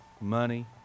money